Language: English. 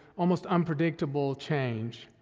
almost unpredictable change,